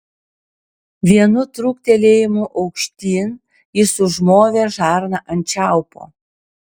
vienu trūktelėjimu aukštyn jis užmovė žarną ant čiaupo